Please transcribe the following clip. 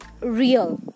real